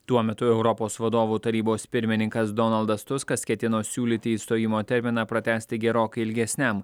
tuo metu europos vadovų tarybos pirmininkas donaldas tuskas ketino siūlyti išstojimo terminą pratęsti gerokai ilgesniam